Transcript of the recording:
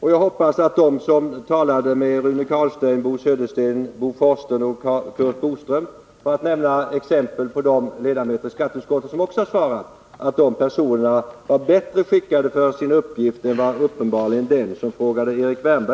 Jag hoppas att de som talade med Rune Carlstein, Bo Södersten, Bo Forslund och Curt Boström, för att nämna exempel på andra ledamöter från skatteutskottet som också har svarat, var bättre skickade för sin uppgift än vad uppenbarligen den var som frågade Erik Wärnberg.